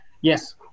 yes